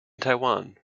taiwan